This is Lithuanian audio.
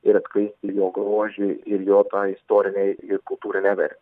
ir atskleisti jo grožį ir jo tą istorinę ir kultūrinę vertę